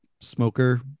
smoker